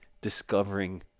discovering